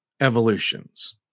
evolutions